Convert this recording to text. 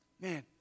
Man